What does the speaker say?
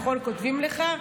כותבים לך: